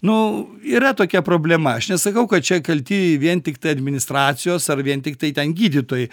nu yra tokia problema aš nesakau kad čia kalti vien tiktai administracijos ar vien tiktai ten gydytojai